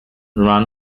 run